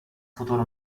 futur